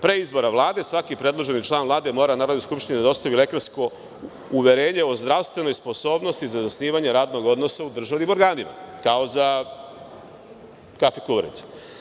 Pre izbora Vlade, svaki predloženi član Vlade mora Narodnoj skupštini da dostavi lekarsko uverenje o zdravstvenoj sposobnosti za zasnivanje radnog odnosa u državnim organima, kao za kafe kuvarice.